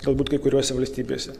galbūt kai kuriose valstybėse